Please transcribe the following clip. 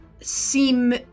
seem